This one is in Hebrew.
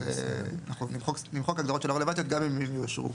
אז נמחק הגדרות שלא רלוונטיות גם אם הן אושרו.